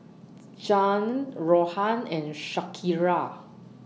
Zhane Rohan and Shakira